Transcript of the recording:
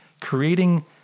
creating